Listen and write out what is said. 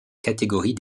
catégorie